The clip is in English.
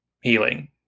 healing